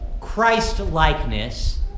Christ-likeness